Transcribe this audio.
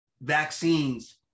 vaccines